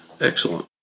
Excellent